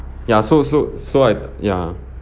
ya so so so I t~ ya